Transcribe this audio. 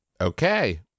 Okay